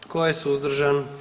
Tko je suzdržan?